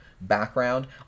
background